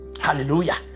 Hallelujah